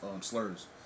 slurs